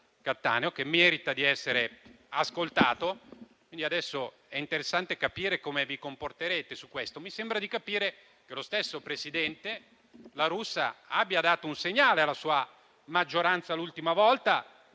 che merita di essere ascoltato. Adesso, dunque, è interessante capire come vi comporterete su questo. Mi sembra di capire che lo stesso presidente La Russa abbia dato un segnale alla sua maggioranza l'ultima volta,